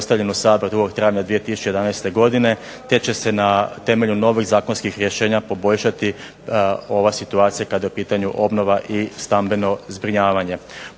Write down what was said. je dostavljen u Sabor 2. travnja 2011. godine, te će se na temelju novih zakonskih rješenja poboljšati ova situacija kada je u pitanju obnova i stambeno zbrinjavanje.